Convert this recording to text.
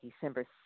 December